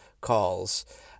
calls